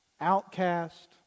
outcast